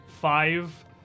five